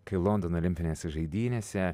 kai londono olimpinėse žaidynėse